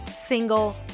single